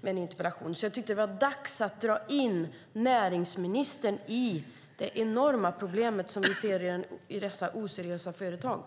Jag tyckte därför att det var dags att dra in näringsministern i diskussionen om det enorma problem som vi ser i dessa oseriösa företag.